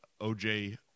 OJ